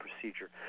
procedure